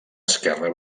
esquerra